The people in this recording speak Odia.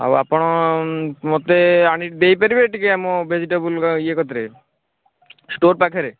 ହଉ ଆପଣ ମୋତେ ଆଣିକି ଦେଇପାରିବେ ଟିକେ ମୋ ଭେଜିଟେବୁଲ ଇଏ କତିରେ ଷ୍ଟୋର ପାଖରେ